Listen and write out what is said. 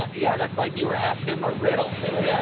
ah yeah, that's like you were asking him a riddle. it was yeah